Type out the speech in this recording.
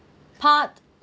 part